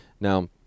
Now